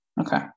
Okay